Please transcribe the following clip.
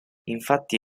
infatti